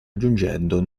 aggiungendo